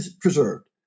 preserved